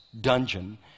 dungeon